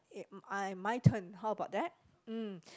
it I my turn how about that mm